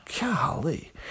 Golly